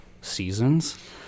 seasons